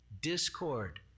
Discord